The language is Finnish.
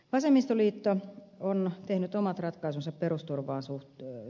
vasemmistoliitto on tehnyt omat ratkaisunsa perusturvan suhteen